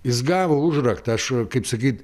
jis gavo užraktą aš kaip sakyt